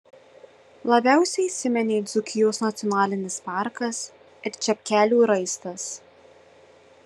labiausiai įsiminė dzūkijos nacionalinis parkas ir čepkelių raistas